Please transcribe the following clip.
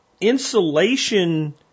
insulation